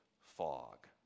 fog